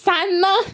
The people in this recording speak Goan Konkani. सान्नां